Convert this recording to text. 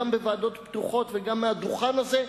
גם בוועדות פתוחות וגם מהדוכן הזה,